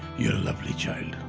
you are lovely, child.